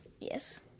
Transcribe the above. yes